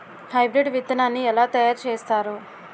Hybrid విత్తనాన్ని ఏలా తయారు చేస్తారు?